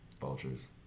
vultures